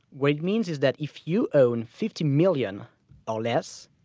what it means is that if you own fifty million or less,